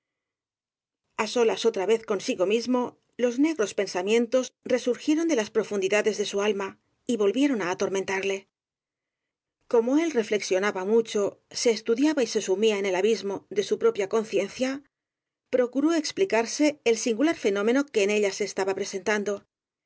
indicado a solas otra vez consigo mismo los negros pen samientos resurgieron de las profundidades de su alma y volvieron á atormentarle como él reflexionaba mucho se estudiaba y se sumía en el abismo de su propia conciencia pro curó explicarse el singular fenómeno que en ella se estaba presentando